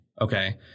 Okay